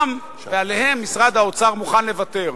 ועליהם משרד האוצר מוכן לוותר.